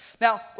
Now